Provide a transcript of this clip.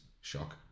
Shock